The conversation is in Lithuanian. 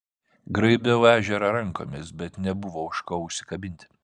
graibiau ežerą rankomis bet nebuvo už ko užsikabinti